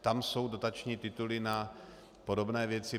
Tam jsou dotační tituly na podobné věci.